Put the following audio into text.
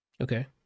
Okay